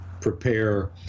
prepare